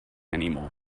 anymore